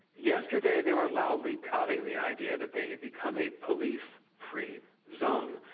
yesterday they were loudly touting the idea that they had become a police free zone,